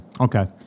Okay